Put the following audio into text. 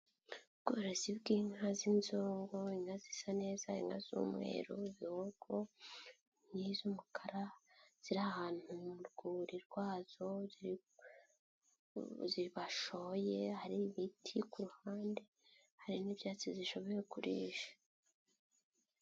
Ubworosi bw'inka z'inzungu, inka zisa neza inka z'umweru zihogo n'iz'umukara ziri ahantu mu rwuri rwazo bashoye hari ibiti ku ruhande hari n'ibyatsi zishobora kurisha.